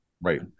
Right